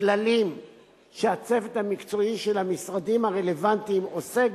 כללים שהצוות המקצועי של המשרדים הרלוונטיים עוסק